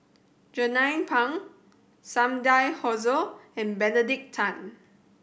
Jernnine Pang Sumida Haruzo and Benedict Tan